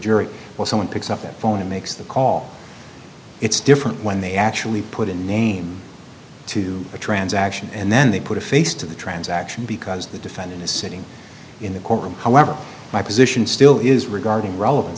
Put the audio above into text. jury where someone picks up a phone and makes the call it's different when they actually put a name to a transaction and then they put a face to the transaction because the defendant is sitting in the courtroom however my position still is regarding relevan